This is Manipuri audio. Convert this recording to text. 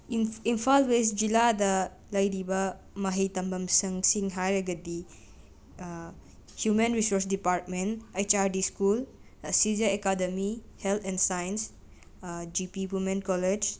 ꯏꯝꯐꯥꯜ ꯋꯦꯁ ꯖꯤꯂꯥꯗ ꯂꯩꯔꯤꯕ ꯃꯍꯩ ꯇꯝꯐꯝꯁꯪꯁꯤꯡ ꯍꯥꯏꯔꯒꯗꯤ human resource department H R D school ꯁꯤꯖꯥ academy health and science G P women college